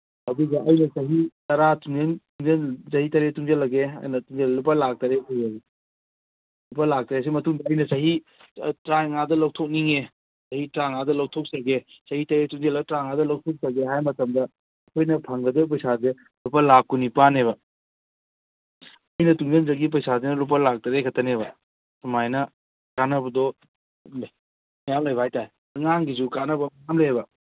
ꯑꯗꯨꯗ ꯑꯩꯅ ꯆꯍꯤ ꯇꯔꯥ ꯆꯍꯤ ꯇꯔꯦꯠ ꯇꯨꯡꯖꯜꯂꯒꯦ ꯑꯩꯅ ꯂꯨꯄꯥ ꯂꯥꯈ ꯇꯔꯦꯠ ꯂꯨꯄꯥ ꯂꯥꯈ ꯇꯔꯦꯠꯁꯤ ꯃꯇꯨꯡꯗ ꯑꯩꯅ ꯆꯍꯤ ꯇꯔꯥ ꯃꯉꯥꯗ ꯂꯧꯊꯣꯛꯅꯤꯡꯉꯦ ꯆꯍꯤ ꯇꯔꯥ ꯃꯉꯥꯗ ꯂꯧꯊꯣꯛꯆꯒꯦ ꯆꯍꯤ ꯇꯔꯦꯠ ꯇꯨꯡꯖꯜꯂꯒ ꯇꯔꯥ ꯃꯉꯥꯗ ꯂꯧꯊꯣꯛꯆꯒꯦ ꯍꯥꯏꯕ ꯃꯇꯝꯗ ꯑꯩꯈꯣꯏꯅ ꯐꯪꯒꯗꯧꯕ ꯄꯩꯁꯥꯁꯦ ꯂꯨꯄꯥ ꯂꯥꯈ ꯀꯨꯟ ꯅꯤꯄꯥꯟꯅꯦꯕ ꯑꯩꯅ ꯇꯨꯡꯖꯟꯖꯈꯤꯕ ꯄꯩꯁꯥꯁꯤꯅ ꯂꯨꯄꯥ ꯂꯥꯈ ꯇꯔꯦꯠꯈꯛꯇꯅꯦꯕ ꯑꯗꯨꯃꯥꯏꯅ ꯀꯥꯟꯅꯕꯗꯣ ꯃꯌꯥꯝ ꯂꯩꯕ ꯍꯥꯏꯕ ꯇꯥꯏ ꯑꯉꯥꯡꯒꯤꯁꯨ ꯀꯥꯟꯅꯕ ꯃꯌꯥꯝ ꯂꯩꯌꯦꯕ